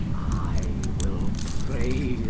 i will pray